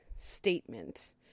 statement